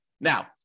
Now